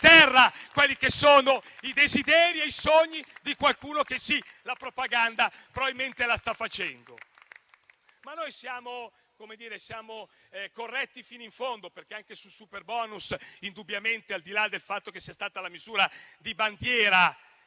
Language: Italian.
terra quelli che sono i desideri e i sogni di qualcuno che, sì, la propaganda probabilmente la sta facendo. Ma noi siamo corretti fino in fondo, perché anche sul superbonus, al di là del fatto che è stata la misura di bandiera